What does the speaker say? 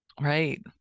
Right